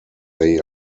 they